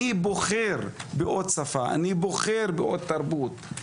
אני בוחר בעוד שפה, אני בוחר בעוד תרבות.